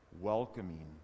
Welcoming